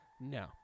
No